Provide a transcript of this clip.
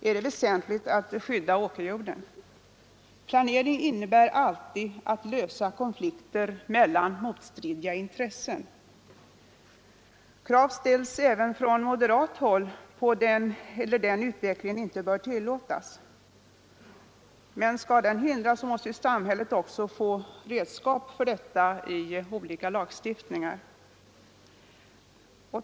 Är det väsentligt att skydda åkerjorden? Planering innebär alltid att lösa konflikter mellan motstridiga intressen. Krav ställs även från moderat håll på att den eller den utvecklingen inte bör tillåtas. Men skall den hindras måste samhället också få redskap för detta i form av lagar.